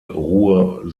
ruhe